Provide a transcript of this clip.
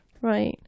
Right